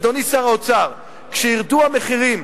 ואדוני שר האוצר, כשירדו המחירים